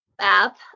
app